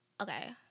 okay